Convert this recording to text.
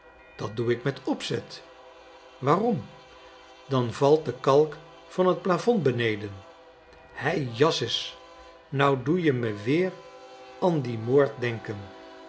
dat doe ik met opzet waarom dan valt de kalk van het plafond beneden hè jazzus nou doe je me weer an die moord denken